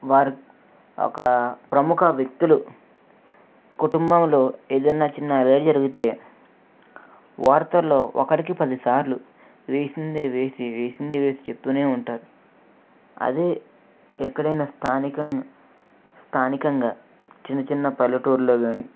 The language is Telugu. వారు ఒక ప్రముఖ వ్యక్తులు కుటుంబంలో ఏదైనా చిన్న అలజడి జరిగితే వార్తల్లో ఒకటికి పదిసార్లు వేసిందే వేసి వేసిందే వేసి చెబుతూనే ఉంటారు అదే ఎక్కడైనా స్థానికం స్థానికంగా చిన్నచిన్న పల్లెటూరిలో కానీ